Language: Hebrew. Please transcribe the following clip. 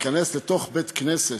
להיכנס לתוך בית-כנסת,